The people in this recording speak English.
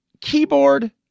keyboard